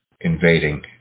invading